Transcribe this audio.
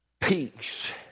peace